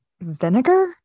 vinegar